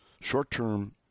short-term